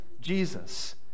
Jesus